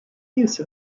use